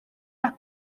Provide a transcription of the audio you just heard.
las